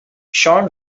sean